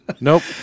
Nope